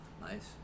Nice